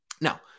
Now